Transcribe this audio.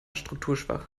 strukturschwach